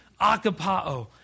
Akapa'o